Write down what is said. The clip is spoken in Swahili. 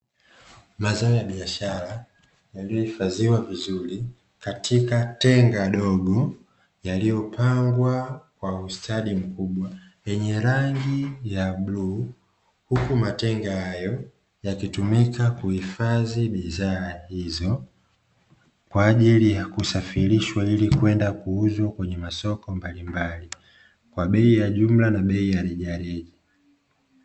Mazao ya biashara yaliyohifadhiwa vizuri katika tenga dogo yaliyopangwa kwa ustadi mkubwa, yenye rangi ya bluu. Huku matenga hayo yakitumika kuhifadhi bidhaa hizo kwa ajili ya kusafirishwa ili kwenda kuuzwa kwenye masoko mbalimbali, kwa bei ya jumla na bei ya rejareja.